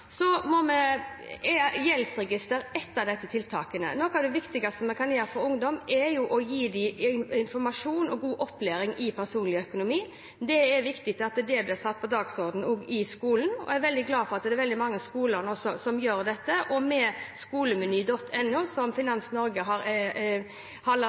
er ett av disse tiltakene. Noe av det viktigste vi kan gjøre for ungdom, er å gi dem informasjon om og god opplæring i personlig økonomi. Det er viktig at det blir satt på dagsordenen i skolen, og jeg er veldig glad for at mange skoler gjør dette nå. Skolemeny.no, som Finans Norge har lansert, og okonomilappen.no, som regjeringen har vært med